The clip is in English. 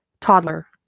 toddler